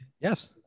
Yes